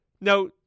Now